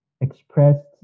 expressed